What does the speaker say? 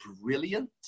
brilliant